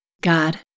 God